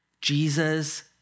Jesus